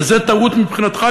וזה טעות מבחינתך,